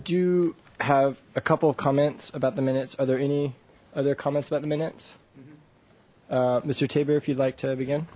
do have a couple of comments about the minutes are there any other comments about the minutes mister taber if you'd like to begin